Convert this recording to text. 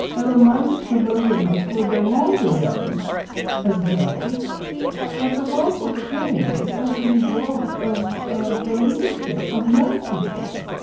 a reminder to those of us no longer young as well that the world will change as a result of ah the leadership of young people.